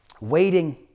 waiting